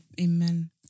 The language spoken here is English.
Amen